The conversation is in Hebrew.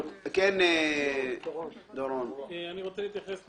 אני רוצה להתייחס ל-584א,